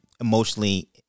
emotionally